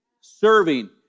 Serving